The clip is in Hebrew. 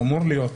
אמורים להיות.